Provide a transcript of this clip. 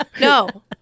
No